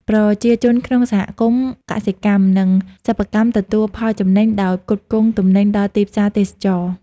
ប្រជាជនក្នុងសហគមន៍កសិកម្ម និងសិប្បកម្មទទួលផលចំណេញដោយផ្គត់ផ្គង់ទំនិញដល់ទីផ្សារទេសចរណ៍។